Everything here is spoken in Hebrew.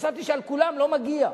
חשבתי ש"על כולם" לא מגיע.